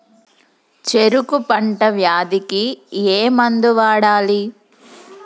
చెరుకు పంట వ్యాధి కి ఏ మందు వాడాలి?